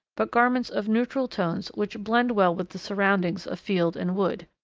but garments of neutral tones which blend well with the surroundings of field and wood.